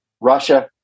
Russia